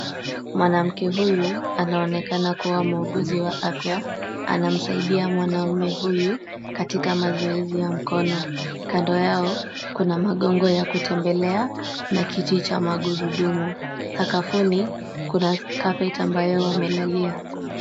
Mwanamke huyu anaonekana kuwa muuguzi wa afya. Anamsaidia mwanamme huyu katika mazoezi ya mkono. Kando yao, kuna magongo ya kutembelea na kiti cha magururdumu. Sakafuni kuna carpet ambayo wamelalia.